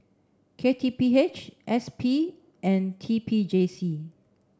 K T P H S P and T P J C